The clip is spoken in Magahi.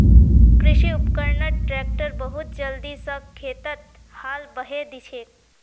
कृषि उपकरणत ट्रैक्टर बहुत जल्दी स खेतत हाल बहें दिछेक